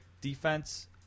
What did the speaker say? defense